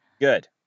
Good